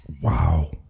Wow